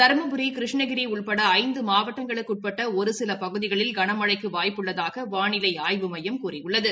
தருமபுரி கிருஷ்ணகிரி உட்பட ஐந்து மாவட்டங்களுக்கு உட்பட்ட ஒரு சில பகுதிகளில் கனமழைக்கு வாய்ப்பு உள்ளதாக வானிலை ஆய்வு மையம் கூறியுள்ளது